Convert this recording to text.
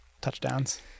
Touchdowns